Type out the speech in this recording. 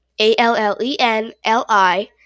A-L-L-E-N-L-I